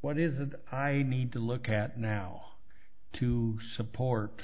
what is of i need to look at now to support